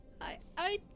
I-I